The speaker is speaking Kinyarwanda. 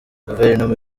guverinoma